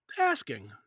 asking